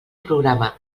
programa